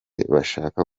bashaka